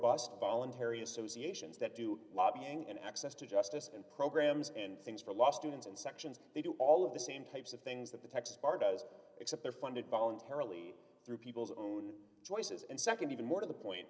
robust voluntary associations that do lobbying and access to justice and programs and things for law students and sections they do all of the same types of things that the texas bar does except they're funded voluntarily through people's own choices and nd even more to the point